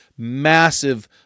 massive